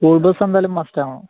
school bus എന്തായാലും must ആണോ